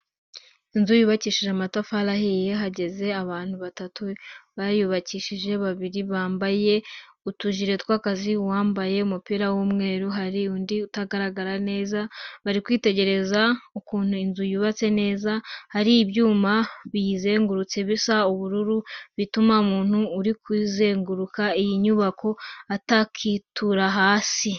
Inzu yubakishije amatafari ahiye, hahagaze abantu batatu bayubakishije, babiri bambaye utujire tw'akazi, uwambaye umupira w'umweru, hari undi utagaragara neza, bari kwitegereza ukuntu inzu yubatse neza, hari ibyuma biyizengurutse bisa ubururu, bituma umuntu uri kuzenguruka iyi nyubako atakitura hasi.